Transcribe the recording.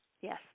Yes